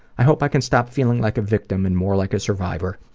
i hope i can stop feeling like a victim and more like a survivor.